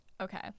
okay